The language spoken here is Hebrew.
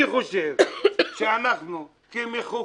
אני חושב שאנחנו כמחוקקים,